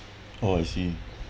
oh I see